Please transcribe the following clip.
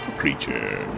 creature